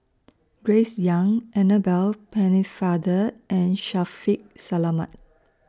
Grace Young Annabel Pennefather and Shaffiq Selamat